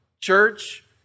Church